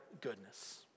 goodness